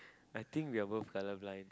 I think we're both colour blind